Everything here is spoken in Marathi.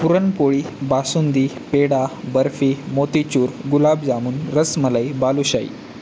पुरणपोळी बासुंदी पेढा बर्फी मोतीचूर गुलाबजामून रसमलाई बालुशाही